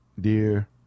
Dear